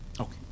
Okay